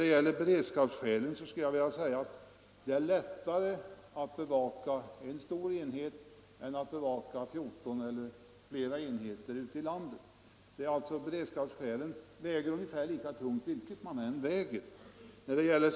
Beträffande beredskapsskälen skulle jag vilja säga att det är lättare att bevaka en stor enhet än att bevaka 14 eller flera enheter ute i landet. Beredskapsskälen väger alltså ungefär lika tungt vilket system man än väljer.